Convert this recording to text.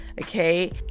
okay